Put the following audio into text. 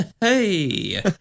Hey